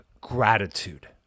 Gratitude